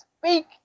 speak